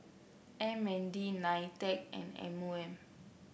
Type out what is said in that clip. M N D Nitec and M O M